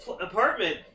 apartment